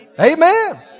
Amen